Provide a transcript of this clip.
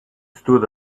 stood